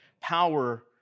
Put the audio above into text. power